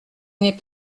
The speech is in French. n’est